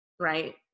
right